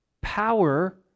Power